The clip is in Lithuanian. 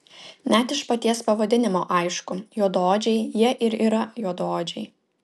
net iš paties pavadinimo aišku juodaodžiai jie ir yra juodaodžiai